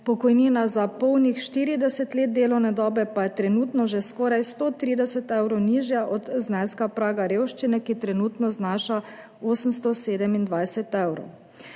pokojnina za polnih 40 let delovne dobe pa je trenutno že skoraj 130 evrov nižja od zneska praga revščine, ki trenutno znaša 827 evrov.